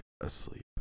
asleep